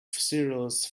cereals